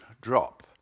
drop